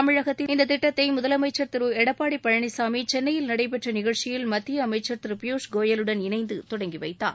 தமிழகத்தில் இந்த திட்டத்தை முதலமைச்சர் திரு எடப்பாடி பழனிசாமி சென்னையில் நடைபெற்ற நிகழ்ச்சியில் மத்திய அமைச்சர் திரு பியூஷ் கோயலுடன் இணைந்து தொடங்கி வைத்தார்